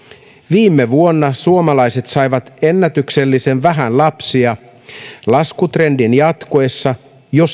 viime vuonna suomalaiset saivat ennätyksellisen vähän lapsia laskutrendin jatkuessa jo